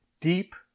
deep